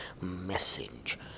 message